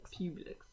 Publix